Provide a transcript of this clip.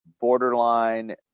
borderline